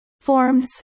Forms